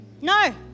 No